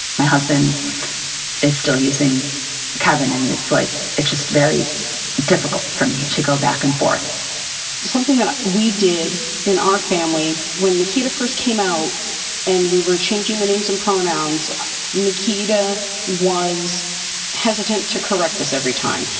my husband is still using cavin and it's like it's just very difficult for me to go back and forth to something that we did in our family when nikita first came out and we were changing the names and pronouns nikita was hesitant to correct us every time.